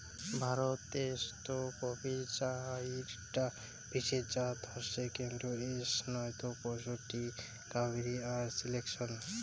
ভারত দেশ্ত কফির চাইরটা বিশেষ জাত হসে কেন্ট, এস নয়শো পঁয়ষট্টি, কাভেরি আর সিলেকশন